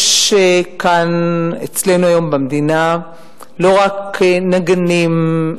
יש כאן אצלנו היום במדינה לא רק נגנים,